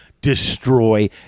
Destroy